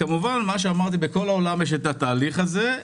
בכל העולם יש התהליך הזה,